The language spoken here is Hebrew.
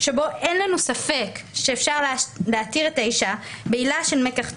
שבו אין לנו ספק שאפשר להתיר את האישה בעילה של "מקח טעות",